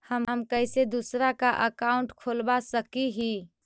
हम कैसे दूसरा का अकाउंट खोलबा सकी ही?